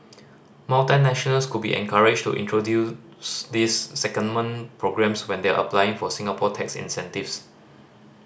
multinationals could be encouraged to introduce these secondment programmes when they are applying for Singapore tax incentives